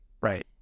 Right